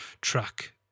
track